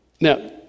Now